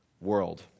world